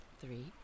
three